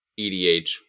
EDH